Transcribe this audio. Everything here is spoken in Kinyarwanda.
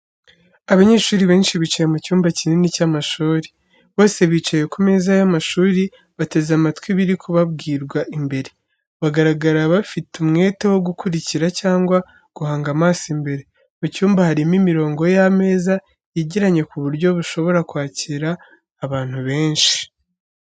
Abanyeshuri benshi bicaye mu cyumba kinini cy’amashuri. Bose bicaye ku meza y’amashuri, bateze amatwi ibiri kubabwirwa imbere. Bagaragara bafite umwete wo gukurikirana cyangwa guhanga amaso imbere. Mu cyumba harimo imirongo y’ameza yegeranye ku buryo bushobora kwakira abantu benshi.